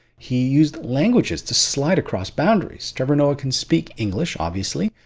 he used languages to slide across boundaries. trevor noah can speak english, obviously,